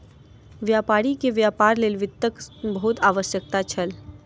व्यापारी के व्यापार लेल वित्तक बहुत आवश्यकता छल